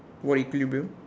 what equilibrium